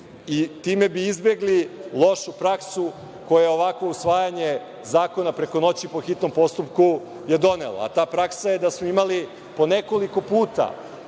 i time bi izbegli lošu praksu koja ovakvo usvajanje zakona, preko noći, po hitnom postupku, je donela. Ta praksa je da smo imali po nekoliko puta